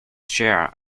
chair